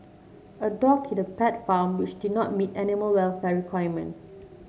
a dog in a pet farm which did not meet animal welfare requirement